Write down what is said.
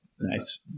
Nice